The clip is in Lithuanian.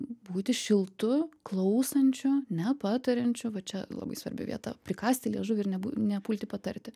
būti šiltu klausančiu nepatariančiu va čia labai svarbi vieta prikąsti liežuvį ir nepulti patarti